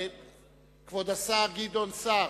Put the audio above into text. כבוד השר גדעון סער,